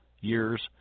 years